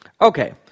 Okay